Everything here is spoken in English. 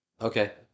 okay